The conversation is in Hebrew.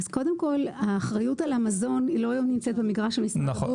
אז קודם כל האחריות על המזון היא לא נמצאת במגרש של משרד הבריאות.